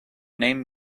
name